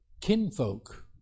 kinfolk